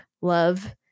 love